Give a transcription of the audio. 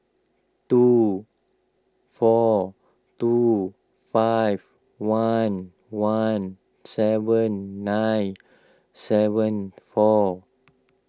two four two five one one seven nine seven four